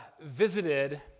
visited